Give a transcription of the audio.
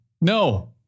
No